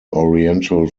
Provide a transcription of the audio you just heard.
oriental